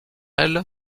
elle